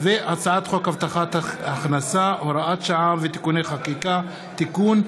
הצעת חוק הבטחת הכנסה (הוראת שעה ותיקוני חקיקה) (תיקון),